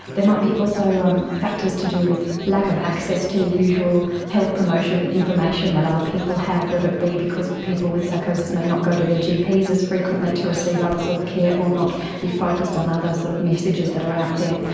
there might be also um factors to do with lack of access to the usual health promotion information that other people have whether it be because people with psychosis may not go to their gps as frequently to receive other sort of care or not be focussed on other sorts of messages that are out there.